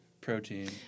protein